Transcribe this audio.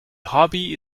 hobby